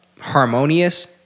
harmonious